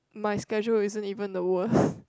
my schedule isn't even the worst